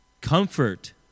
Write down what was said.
comfort